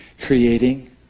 creating